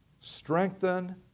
strengthen